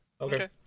Okay